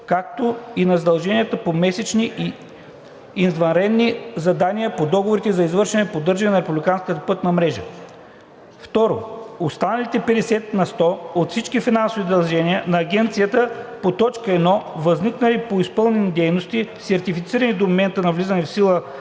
както и на задълженията по месечни и извънредни задания по договорите за извършване на поддържане на републикански пътища. 2. Останалите 50 на сто от всички финансови задължения на Агенцията по т. 1, възникнали по изпълнени дейности, сертифицирани до момента на влизане в сила